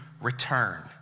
return